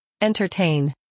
entertain